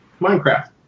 Minecraft